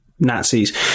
Nazis